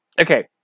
Okay